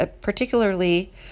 particularly